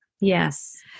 Yes